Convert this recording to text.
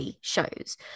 shows